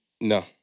No